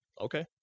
Okay